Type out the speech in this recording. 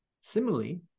Similarly